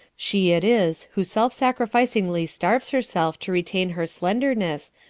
she it is who self-sacrificingly starves herself to retain her slenderness,